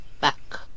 back